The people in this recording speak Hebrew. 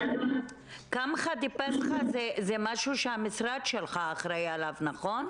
קמחא דפסחא זה משהו שהמשרד שלך אחראי עליו נכון?